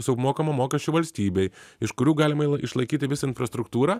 sumokama mokesčių valstybei iš kurių galima išlaikyti visą infrastruktūrą